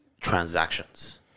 transactions